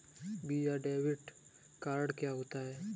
Visa debit card क्या होता है?